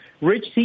rich